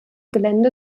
gelände